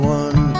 one